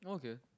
okay